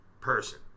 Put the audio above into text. person